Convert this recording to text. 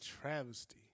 travesty